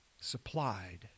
supplied